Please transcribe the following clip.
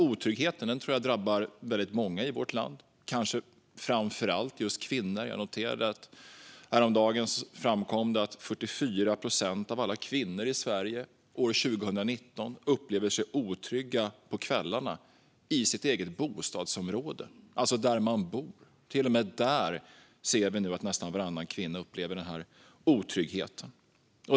Otryggheten tror jag drabbar väldigt många i vårt land, kanske framför allt kvinnor. Häromdagen framkom det att 44 procent av alla kvinnor i Sverige år 2019 upplever sig otrygga på kvällarna i sitt eget bostadsområde, alltså där man bor. Till och med där ser vi nu att nästan varannan kvinna upplever otrygghet.